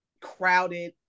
crowded